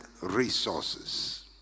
resources